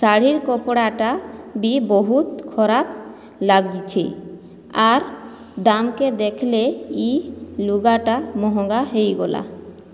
ଶାଢ଼ୀର୍ କପଡ଼ାଟା ବି ବହୁତ ଖରାପ ଲାଗିଛି ଆର୍ ଦାମ୍ କେ ଦେଖିଲେ ଇ ଲୁଗାଟା ମହଙ୍ଗା ହେଇଗଲା